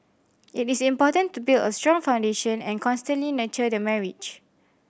it is important to build a strong foundation and constantly nurture the marriage